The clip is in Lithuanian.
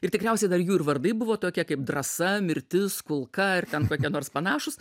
ir tikriausiai dar jų ir vardai buvo tokie kaip drąsa mirtis kulka ir ten kokie nors panašūs